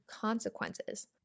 consequences